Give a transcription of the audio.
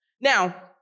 Now